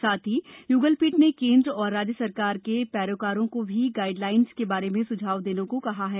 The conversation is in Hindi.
साथ ही युगलपीठ ने केन्द्र और राज्य सरकार के पैरोकारों को भी गाइडलाइन्स के बारे में सुझाव देने को कहा है